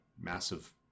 massive